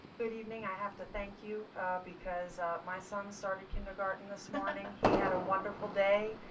good evening. i have to thank you ah because my son started kindergarten this morning. he had a wonderful day.